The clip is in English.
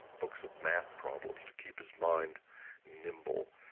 books of math problems to keep his mind nimble.